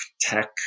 tech